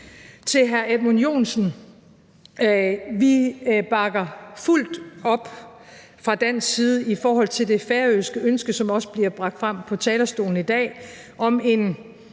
Til hr. Edmund Joensen: Vi bakker fuldt op fra dansk side i forhold til det færøske ønske, som også bliver bragt frem på talerstolen i dag, om en